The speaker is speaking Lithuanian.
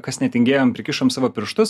kas netingėjom prikišom savo pirštus